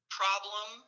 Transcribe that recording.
problem